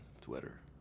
Twitter